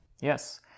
yes